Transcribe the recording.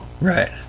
Right